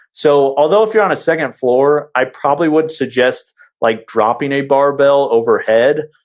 so although if you're on a second floor i probably would suggest like dropping a barbell overhead,